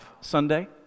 Sunday